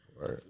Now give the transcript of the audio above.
Right